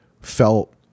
felt